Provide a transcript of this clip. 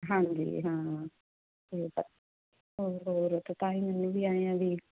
ਹਾਂਜੀ ਹਾਂ ਅਤੇ ਹੋਰ ਹੋਰ ਅਤੇ ਤਾਂ ਹੀ ਮੈਨੂੰ ਵੀ ਐਂਏ ਆ ਵੀ